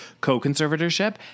co-conservatorship